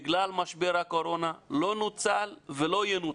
בגלל משבר הקורונה לא נוצל ולא ינוצל.